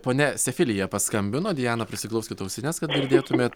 ponia sefilija paskambino diana prisiglauskit ausines kad girdėtumėt